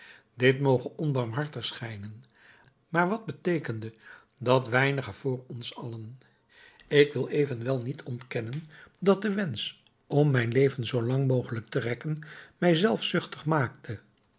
dit moge onbarmhartig schijnen maar wat beteekende dat weinige voor ons allen ik wil evenwel niet ontkennen dat de wensch om mijn leven zoo lang mogelijk te rekken mij zelfzuchtig maakte